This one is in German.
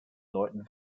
leuten